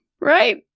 right